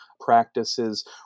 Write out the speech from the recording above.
practices